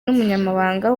n’umunyamabanga